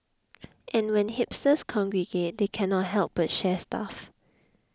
and when hipsters congregate they cannot help but share stuff